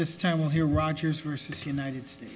this time of year rogers versus united states